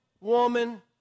woman